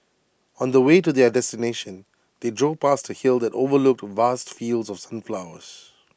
on the way to their destination they drove past A hill that overlooked vast fields of sunflowers